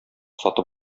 сатып